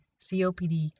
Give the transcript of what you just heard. COPD